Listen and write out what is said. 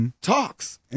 talks